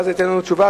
ואז ייתן לנו תשובה,